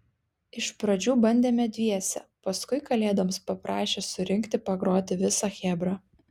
iš pradžių bandėme dviese paskui kalėdoms paprašė surinkti pagroti visą chebrą